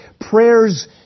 Prayers